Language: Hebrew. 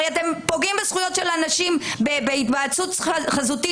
אתם הרי פוגעים בזכויות של אנשים בהיוועדות חזותית,